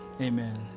Amen